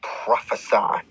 prophesy